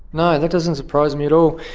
no, that doesn't surprise me at all.